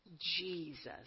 Jesus